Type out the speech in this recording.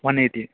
one eighty